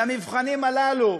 והמבחנים הללו,